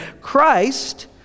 Christ